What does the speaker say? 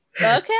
Okay